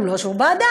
לא שהוא בעדם,